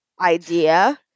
idea